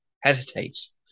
hesitates